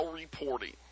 reporting